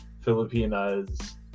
filipinas